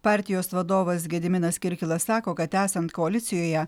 partijos vadovas gediminas kirkilas sako kad esant koalicijoje